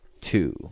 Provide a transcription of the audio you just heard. two